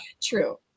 True